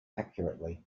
accurately